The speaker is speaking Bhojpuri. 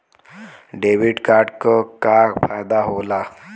डेबिट कार्ड क का फायदा हो ला?